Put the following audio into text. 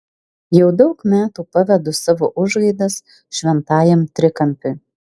jau daug metų pavedu savo užgaidas šventajam trikampiui